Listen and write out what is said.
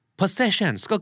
possessions